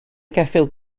geffyl